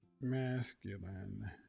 masculine